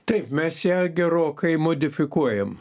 taip mes ją gerokai modifikuojam